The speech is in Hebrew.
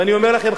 ואני אומר לכם,